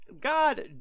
God